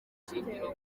shingiro